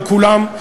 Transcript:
על כולם.